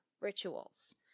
rituals